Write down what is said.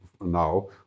now